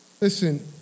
Listen